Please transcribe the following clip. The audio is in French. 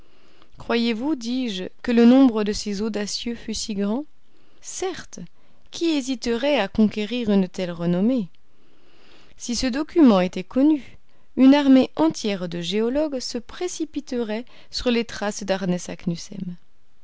croyez-vous dis-je que le nombre de ces audacieux fût si grand certes qui hésiterait à conquérir une telle renommée si ce document était connu une armée entière de géologues se précipiterait sur les traces